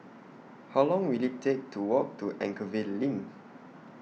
How Long Will IT Take to Walk to Anchorvale LINK